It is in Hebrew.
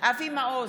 אבי מעוז,